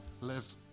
live